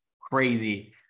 crazy